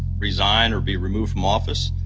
resign or be removed from office.